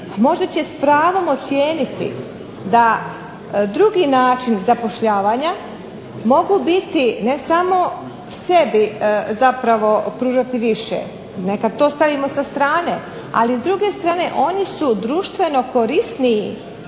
možda će s pravom ocijeniti da drugi način zapošljavanja mogu biti ne samo sebi pružati više. Neka to stavimo sa strane, ali s druge strane oni su društveno korisniji